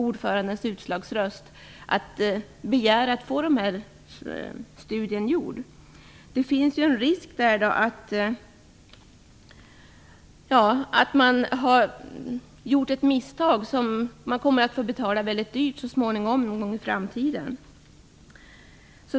Ordförandens utslagsröst fällde avgörandet att man skulle begära att få en studie gjord. Det finns ju en risk att man har gjort ett misstag som man kommer att få betala väldigt dyrt för någon gång i framtiden.